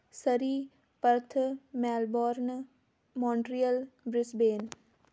Surrey Perth Melbourne Montreal Brisbane